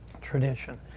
tradition